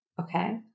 okay